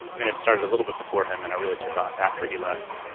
i mean, it started a little bit before him and i really took off after he left